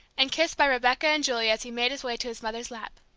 and kissed by rebecca and julie as he made his way to his mother's lap.